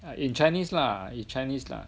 in Chinese lah in Chinese lah